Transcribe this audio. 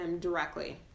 directly